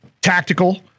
Tactical